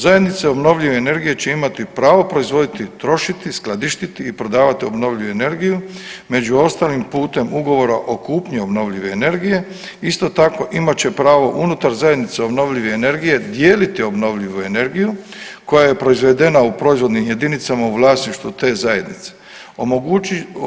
Zajednice obnovljive energije će imati pravo proizvoditi, trošiti, skladištiti i prodavati obnovljivu energiju, među ostalim putem ugovora o kupnji obnovljive energije, isto tako imat će pravo unutar zajednice obnovljive energije dijeliti obnovljivu energiju koja je proizvedena u proizvodnim jedinicama u vlasništvu te zajednice.